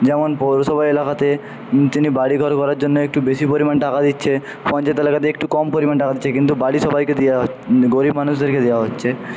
যেমন পৌরসভা এলাকাতে তিনি বাড়ি ঘর করার জন্যে একটু বেশি পরিমাণ টাকা দিচ্ছে পঞ্চায়েত এলাকাতে একটু কম পরিমাণ টাকা দিচ্ছে কিন্তু বাড়ির সবাইকে দেওয়া গরীব মানুষদেরকে দেওয়া হচ্ছে